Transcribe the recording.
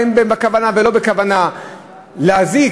כן בכוונה ולא בכוונה להזיק,